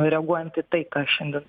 reaguojant į tai ką šiandien